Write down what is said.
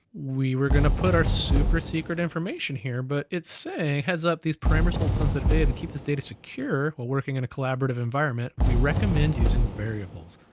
we were gonna put our super secret information here, but it's saying heads up. these parameters hold sensitive data to keep this data secure while working in a collaborative environment. we recommend using variables.